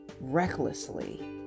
recklessly